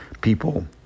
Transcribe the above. people